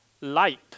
light